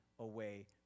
Away